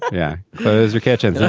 yeah. close your kitchen.